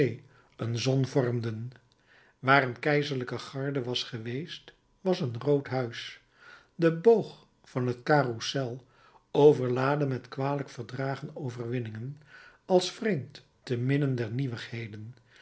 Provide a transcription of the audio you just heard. een zon vormden waar een keizerlijke garde was geweest was een rood huis de boog van het carousel overladen met kwalijk verdragen overwinningen als vreemd temidden dezer nieuwigheden